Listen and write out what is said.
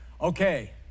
Okay